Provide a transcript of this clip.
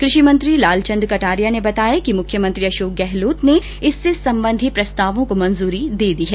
कृषि मंत्री लालचन्द कटारिया ने बताया कि मुख्यमंत्री अषोक गहलोत ने इससे संबंधी प्रस्तावों को मंजूरी दे दी है